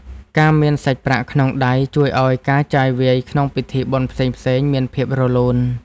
ការមានសាច់ប្រាក់ក្នុងដៃ ជួយឱ្យការចាយវាយក្នុងពិធីបុណ្យផ្សេងៗមានភាពរលូន។